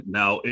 now